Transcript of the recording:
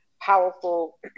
powerful